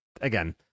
again